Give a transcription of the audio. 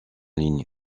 ligne